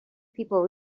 people